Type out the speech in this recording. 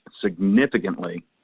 significantly